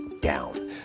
down